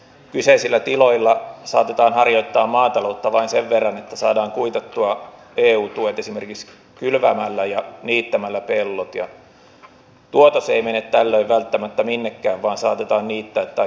kyseisillä tiloilla saatetaan harjoittaa maataloutta vain sen verran että saadaan kuitattua eu tuet esimerkiksi kylvämällä ja niittämällä pellot ja tuotos ei mene tällöin välttämättä minnekään vaan saatetaan niittää tai kyntää paikalleen